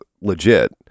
legit